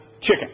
chicken